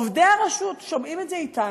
עובדי הרשות שומעים את זה אתנו,